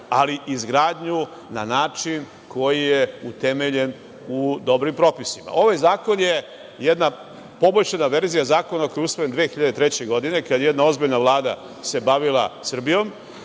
ali izgradnju na način koji je utemeljen u dobrim propisima. Ovaj zakon je jedna poboljšana verzija zakona koji je usvojen 2003. godine, kada jedna ozbiljna Vlada se bavila Srbijom.